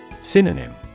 Synonym